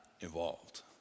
involved